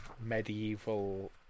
medieval